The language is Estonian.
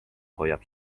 hoiab